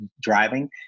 driving